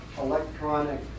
electronic